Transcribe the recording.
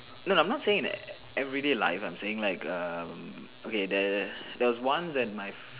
no no I am not saying in everyday life I am saying like um okay there there was once at my